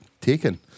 taken